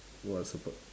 what super